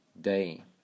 day